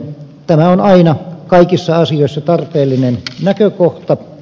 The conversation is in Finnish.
tämä on aina kaikissa asioissa tarpeellinen näkökohta